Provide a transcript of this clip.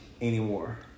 anymore